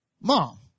Mom